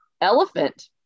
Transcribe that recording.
elephant